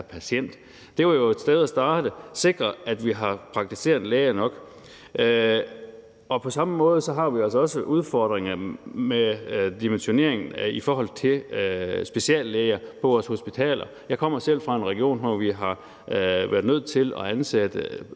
patient. Det var jo et sted at starte, altså at sikre, at vi har praktiserende læger nok. På samme måde har vi altså også udfordringer med dimensioneringen i forhold til speciallæger på vores hospitaler. Jeg kommer selv fra en region, hvor vi har været nødt til at ansætte